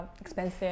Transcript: expensive